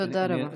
תודה רבה.